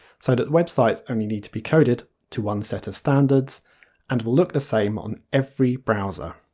so that websites only need to be coded to one set of standards and will look the same on every browser.